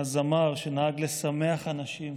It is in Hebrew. הזמר שנהג לשמח אנשים,